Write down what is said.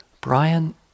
Brian